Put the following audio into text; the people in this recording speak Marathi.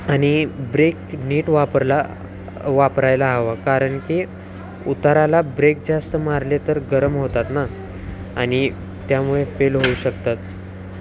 आणि ब्रेक नीट वापरला वापरायला हवा कारण की उताराला ब्रेक जास्त मारले तर गरम होतात ना आणि त्यामुळे फेल होऊ शकतात